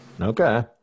Okay